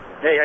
Hey